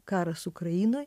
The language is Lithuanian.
karas ukrainoj